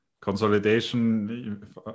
consolidation